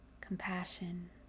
compassion